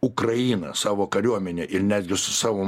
ukraina savo kariuomene ir netgi su savo